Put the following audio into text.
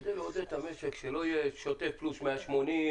כדי לעודד את המשק שלא יהיה שוטף פלוס 180,